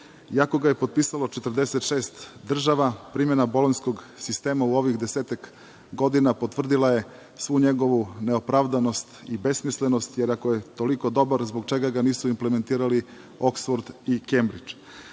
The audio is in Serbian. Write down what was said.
Iako ga je potpisalo 46 država, primena bolonjskog sistema u ovih desetak godina potvrdilo je svu njegovu neopravdanost i besmislenost, jer ako je toliko dobar, zbog čega ga nisu inplementirali Oksford i Kembridž. Stara